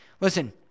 listen